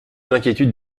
l’inquiétude